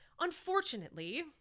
Unfortunately